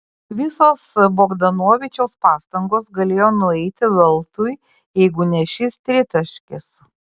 visos bogdanovičiaus pastangos galėjo nueiti veltui jeigu ne šis tritaškis